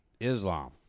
Islam